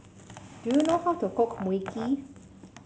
do you know how to cook Mui Kee